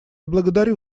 благодарю